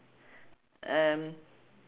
um